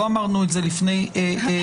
לא אמרנו את זה לפני חצי שנה.